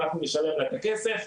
אנחנו נביא להם את הכסף,